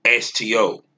STO